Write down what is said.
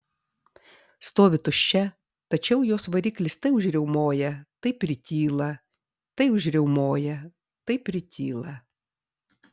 stovi tuščia tačiau jos variklis tai užriaumoja tai prityla tai užriaumoja tai prityla